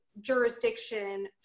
jurisdiction